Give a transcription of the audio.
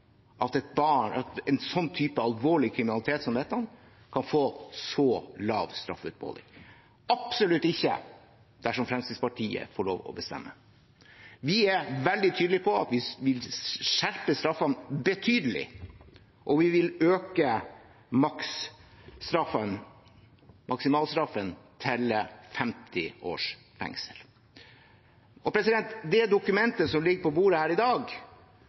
at en type alvorlig kriminalitet som dette kan få så lav straffeutmåling – absolutt ikke dersom Fremskrittspartiet får lov til å bestemme. Vi er veldig tydelige på at vi vil skjerpe straffene betydelig, og vi vil øke maksimalstraffen til 50 års fengsel. Det dokumentet som ligger på bordet her i dag,